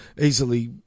easily